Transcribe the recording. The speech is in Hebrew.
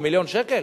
במיליון שקלים?